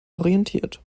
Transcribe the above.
orientiert